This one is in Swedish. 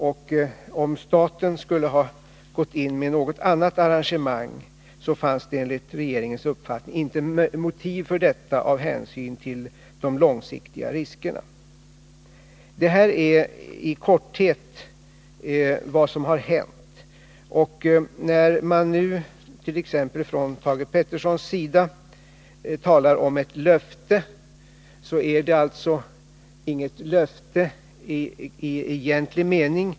Enligt regeringens uppfattning fanns det, av hänsyn till de långsiktiga riskerna, inget motiv för staten att gå in med något annat arrangemang. Detta är i korthet vad som har hänt. Thage Peterson talar om ett löfte är det alltså inget löfte i egentlig mening.